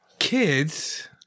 kids